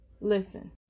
Listen